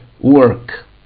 work